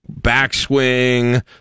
backswing